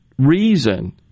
Reason